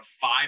five